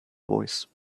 voice